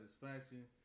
satisfaction